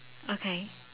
okay